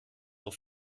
auch